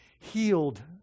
healed